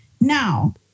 Now